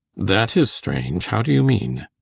that is strange. how do you mean?